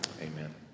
Amen